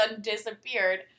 disappeared